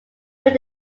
went